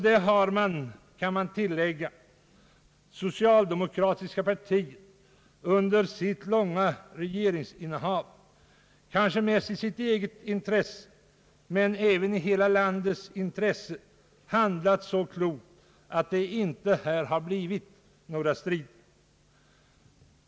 Där har, kan man tillägga, det socialdemokratiska partiet under sitt långa regeringsinnehav, kanske mest i eget intresse men också i hela landets, handlat så klokt att det inte blivit några strider.